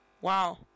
wow